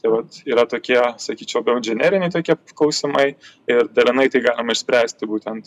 tai vat yra tokie sakyčiau biau inžineriniai tokie klausimai ir deramai tai galima išspręsti būtent